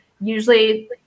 usually